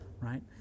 Right